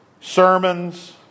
Sermons